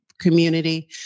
community